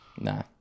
Nah